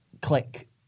click